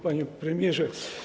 Panie Premierze!